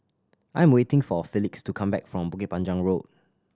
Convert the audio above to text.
I am waiting for Felix to come back from Bukit Panjang Road